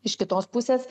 iš kitos pusės